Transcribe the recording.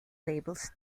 labels